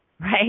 Right